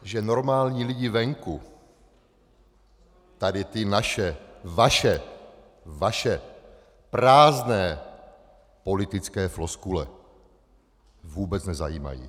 Že normální lidi venku tady ty naše, vaše prázdné politické floskule vůbec nezajímají.